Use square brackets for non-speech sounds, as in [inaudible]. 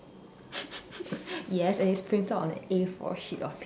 [laughs] yes and it's printed on an A four sheet of paper